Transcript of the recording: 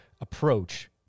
approach